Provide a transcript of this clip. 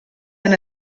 han